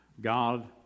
God